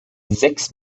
sechs